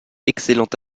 excellent